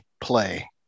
play